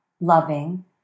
loving